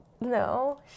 no